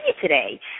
today